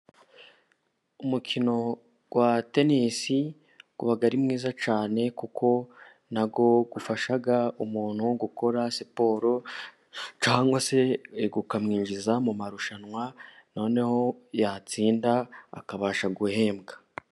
Umukino wa tenisi uba uba ari mwiza cyane, kuko nawo ufashaga umuntu gukora siporo, cyangwa se ukamwinjiza mu marushanwa, noneho yatsinda akabasha guhembwa.